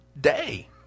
day